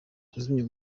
kuzimya